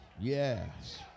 Yes